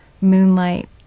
moonlight